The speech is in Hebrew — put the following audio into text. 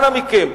אנא מכם,